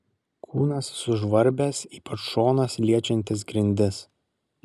kūnas sužvarbęs ypač šonas liečiantis grindis